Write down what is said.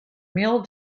mule